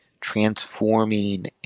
transforming